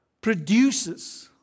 produces